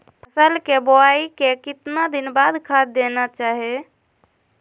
फसल के बोआई के कितना दिन बाद खाद देना चाइए?